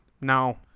No